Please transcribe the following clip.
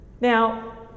Now